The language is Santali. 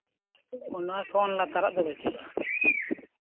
ᱚᱱᱟ ᱠᱷᱚᱱ ᱞᱟᱛᱟᱨᱟᱜ ᱫᱚ ᱵᱟᱹᱪᱩᱜᱼᱟ